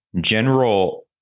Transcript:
general